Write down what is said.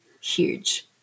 huge